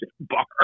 bar